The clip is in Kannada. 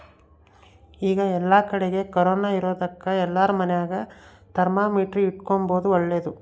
ಈಗ ಏಲ್ಲಕಡಿಗೆ ಕೊರೊನ ಇರೊದಕ ಎಲ್ಲಾರ ಮನೆಗ ಥರ್ಮಾಮೀಟರ್ ಇಟ್ಟುಕೊಂಬದು ಓಳ್ಳದು